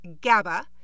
GABA